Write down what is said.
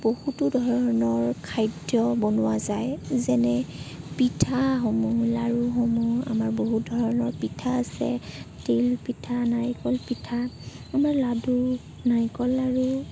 বহুতো ধৰণৰ খাদ্য বনোৱা যায় যেনে পিঠাসমূহ লাড়ুসমূহ আমাৰ বহুত ধৰণৰ পিঠা আছে তিল পিঠা নাৰিকল পিঠা আমাৰ লাড়ু নাৰিকল লাড়ু